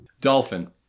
Dolphin